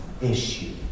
issue